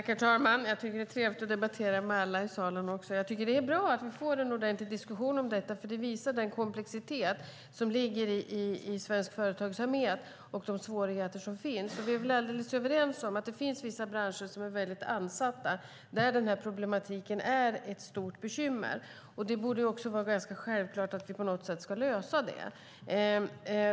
Herr talman! Det är trevligt att debattera med alla er i salen. Det är bra att vi får en ordentlig diskussion om detta, för det visar komplexiteten i svensk företagsamhet och de svårigheter som finns. Vi är väl alldeles överens om att det finns vissa branscher som är hårt ansatta och där den här problematiken är ett stort bekymmer. Det borde vara ganska självklart att vi på något sätt ska lösa det.